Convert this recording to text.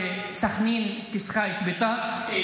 שסח'נין כיסחה את בית"ר,